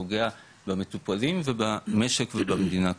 פוגע במטופלים ובמשק ובמדינה כולה.